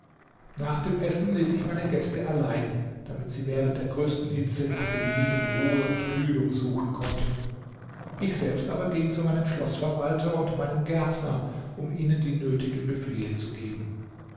nach dem essen ließ ich meine gäste allein damit sie während der größten hitze nach belieben ruhe und kühlung suchen konnten ich selbst aber ging zu meinem schloßverwalter und meinem gärtner um ihnen die nötigen befehle zu geben